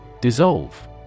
Dissolve